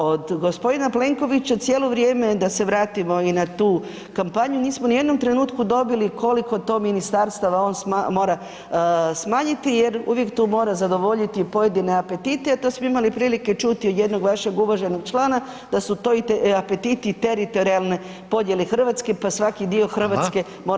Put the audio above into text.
Od g. Plenkovića, cijelo vrijeme je, da se vratimo i na tu kampanju, nismo u nijednom trenutku dobili koliko to ministarstava on mora smanjiti jer uvijek tu mora zadovoljiti pojedine apetite jer to smo imali prilike čuti od jednog vašeg uvaženog člana, da su to apetiti teritorijalne podjele Hrvatske, pa svaki dio Hrvatske [[Upadica: Hvala.]] mora dobiti ministra.